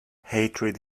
hatred